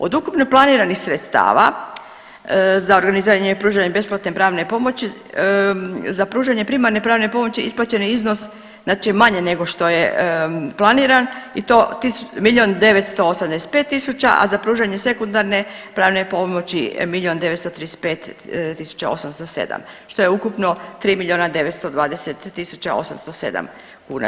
Od ukupno planiranih sredstava za organiziranje i pružanje besplatne pravne pomoći za pružanje primarne pravne pomoći isplaćen je iznos znači manje nego što je planiran i to milion 985 tisuća, a za pružanje sekundarne pravne pomoći milion 935 tisuća 807 što je ukupno 3 miliona 920 tisuća 807 kuna.